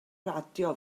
radio